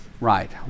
Right